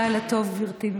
לילה טוב, גברתי.